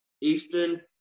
Eastern